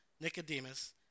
Nicodemus